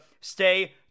stay